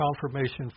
confirmation